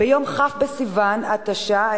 ביום כ' בסיוון התשע"א,